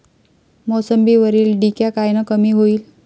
मोसंबीवरील डिक्या कायनं कमी होईल?